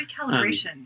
recalibration